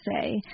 say